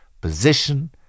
position